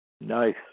Nice